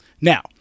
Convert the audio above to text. Now